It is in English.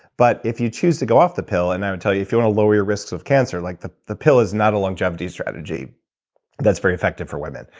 but if you choose to go off the pill, and i will tell you if you want lower your risks of cancer, like the the pill is not a longevity strategy that's very effective for women.